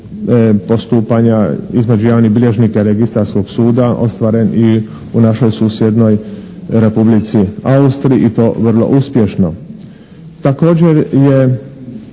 postupanja između javnih bilježnika Registarskog suda ostvaren i u našoj susjednoj Republici Austriji i to vrlo uspješno. Također je